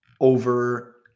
Over